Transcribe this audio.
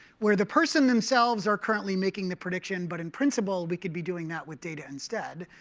where the person themselves are currently making the prediction. but in principle, we could be doing that with data instead.